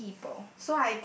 people